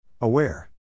Aware